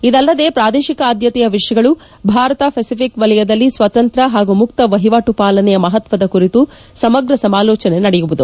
ಇದಲ್ಲದೇ ಪ್ರಾದೇಶಿಕ ಆದ್ದತೆಯ ವಿಷಯಗಳು ಭಾರತ ಫೆಸಿಫಿಕ್ ವಲಯದಲ್ಲಿ ಸ್ವತಂತ್ರ ಹಾಗೂ ಮುಕ್ತ ವಹಿವಾಟು ಪಾಲನೆಯ ಮಪತ್ವದ ಕುರಿತು ಸಮಗ್ರ ಸಮಾಲೋಚನೆ ನಡೆಯುವುದು